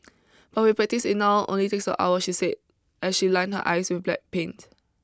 but with practice it now only takes one hour she said as she lined her eyes with black paint